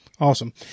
Awesome